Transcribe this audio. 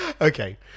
Okay